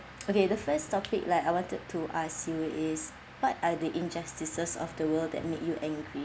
okay the first topic like I wanted to ask you is what are the injustices of the world that made you angry